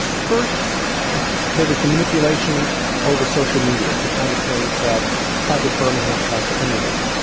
first there was the manipulation over social media. the kind of things that project bermingham tried to emulate,